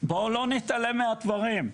בואו לא נתעלם מהדברים.